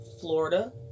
Florida